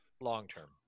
Long-term